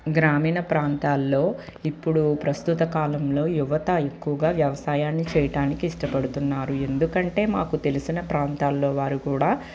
గ్రామీణ ప్రాంతాల్లో ఇప్పుడు ప్రస్తుత కాలంలో యువత ఎక్కువగా వ్యవసాయం చేయడానికి ఇష్టపడుతున్నారు ఎందుకంటే మాకు తెలిసిన ప్రాంతాల్లో వారు కూడా